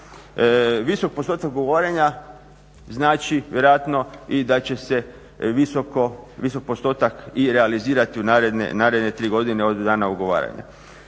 Visok postotak ugovaranja znači vjerojatno i da će se visok postotak i realizirati u naredne 3 godine od dana ugovaranja.